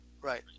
Right